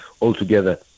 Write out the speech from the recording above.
Altogether